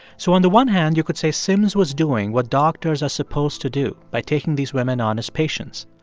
so on the one hand, you could say sims was doing what doctors are supposed to do by taking these women on as patients.